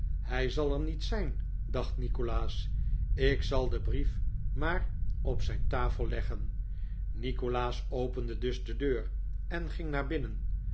hij zal er niet zijn dacht nikolaas ik zal den brief maar op zijn tafel leggen nikolaas opende dus de deur en ging naar binnen